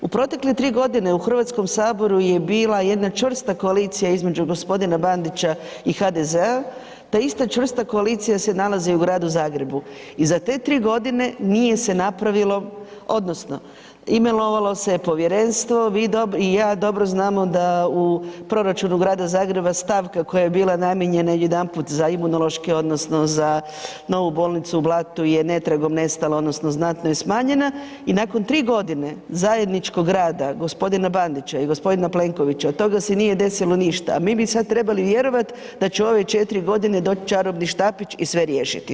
U protekle 3 g. u Hrvatskom saboru je bila jedna čvrsta koalicija između g. Bandića i HDZ-a, ta ista čvrsta koalicija se nalazi i u gradu Zagrebu i za te 3 g. nije se napravilo odnosno imenovalo se povjerenstvo, vi dobro i ja dobro znamo da u proračunu grada Zagreba stavka koja je bila namijenjena jedanput za Imunološki odnosno za novu bolnicu u Blatu je netragom nestala odnosno znatno je smanjena i nakon 3 g. zajedničkog rada g. Bandića i g. Plenkovića, od toga se nije desilo ništa a mi bi sad trebalo vjerovat da će u ove 4 g. doći čarobni štapić i sve riješiti.